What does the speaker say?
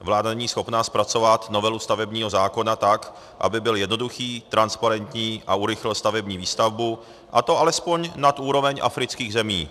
Vláda není schopna zpracovat novelu stavebního zákona tak, aby byl jednoduchý, transparentní a urychlil stavební výstavbu, a to alespoň nad úroveň afrických zemí.